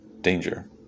danger